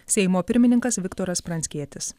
seimo pirmininkas viktoras pranckietis